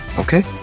Okay